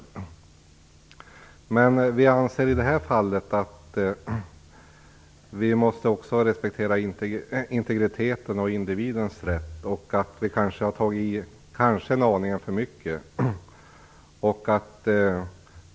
I detta fall anser vi att man måste respektera integriteten och individens rätt och att man kanske har tagit i aningen för mycket.